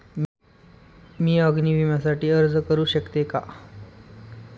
मी अग्नी विम्यासाठी अर्ज करू शकते का?